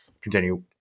continue